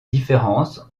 différence